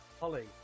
Holly